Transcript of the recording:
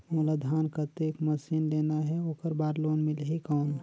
मोला धान कतेक मशीन लेना हे ओकर बार लोन मिलही कौन?